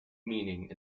meaning